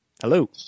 Hello